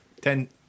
ten